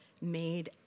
made